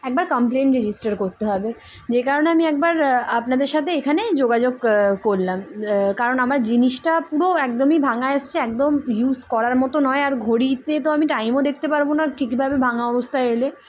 একবার complain register করতে হবে যে কারণে আমি একবার আপনাদের সাথে এখানে যোগাযোগ করোলাম কারণ আমার জিনিসটা পুরো একদমই ভাঙা এসছে একদম ইউস করার মতো নয় আর ঘড়িতে তো আমি টাইমও দেখতে পারবো না ঠিকভাবে ভাঙা অবস্থায় এলে